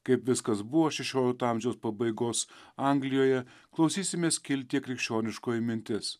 kaip viskas buvo šešiolikto amžiaus pabaigos anglijoje klausysimės skiltyje krikščioniškoji mintis